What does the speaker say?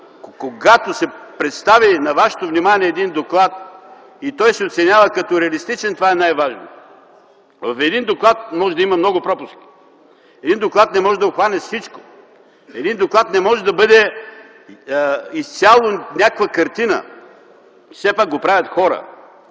доклад се представи на вашето внимание и той се оценява като реалистичен, за мен това е най-важното. В един доклад може да има много пропуски. Един доклад не може да обхване всичко. Един доклад не може да бъде изцяло някаква картина. Все пак го правят хора,